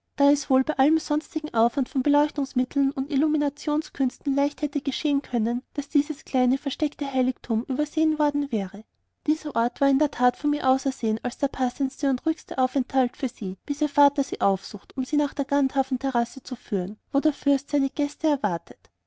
da es wohl bei allem sonstigen aufwand von beleuchtungsmitteln und illuminationskünsten leicht hätte geschehen können daß dieses kleine versteckte heiligtum übersehen worden wäre dieser ort war in der tat von mir ausersehen als der passendste und ruhigste aufenthalt für sie bis ihr vater sie aufsucht um sie nach der gandharven terrasse zu führen wo der fürst seine gäste erwartet